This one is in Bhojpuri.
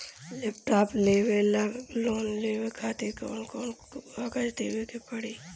लैपटाप खातिर लोन लेवे ला कौन कौन कागज देवे के पड़ी?